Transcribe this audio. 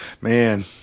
Man